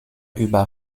über